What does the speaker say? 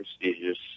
prestigious